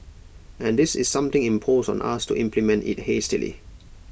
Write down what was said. and this is something imposed on us to implement IT hastily